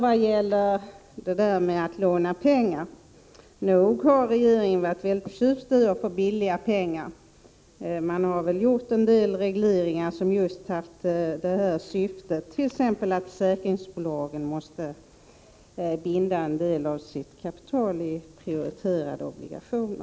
Vad gäller det där med att låna pengar: Nog har regeringen varit väldigt förtjust i att få billiga pengar! Man har gjort en del regleringar som har haft just detta syfte, t.ex. att försäkringsbolagen måste binda en del av sitt kapital i prioriterade obligationer.